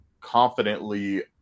confidently